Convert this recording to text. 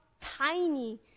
tiny